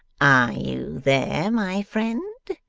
are you there, my friend?